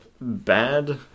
bad